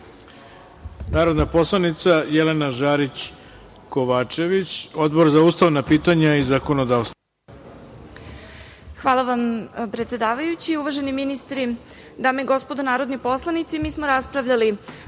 narodna poslanica Jelena Žarić Kovačević, Odbor za ustavna pitanja i zakonodavstvo. **Jelena Žarić Kovačević** Hvala vam, predsedavajući. Uvaženi ministri, dame i gospodo narodni poslanici, mi smo raspravljali